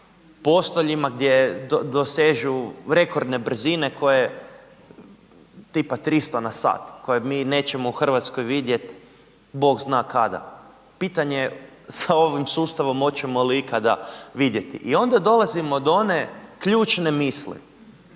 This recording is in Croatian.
postoljima gdje dosežu rekordne brzine koje, tipa 300 na sat koje mi nećemo u Hrvatskoj vidjeti Bog zna kada. Pitanje sa ovim sustavom hoćemo li ikada vidjeti. I onda dolazimo do one ključne misli,